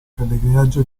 pellegrinaggio